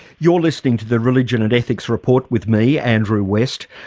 you're listening to the religion and ethics report with me, andrew west.